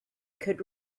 could